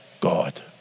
God